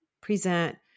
present